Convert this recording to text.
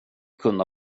kunde